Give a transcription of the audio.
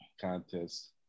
contest